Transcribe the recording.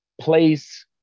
place